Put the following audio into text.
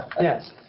yes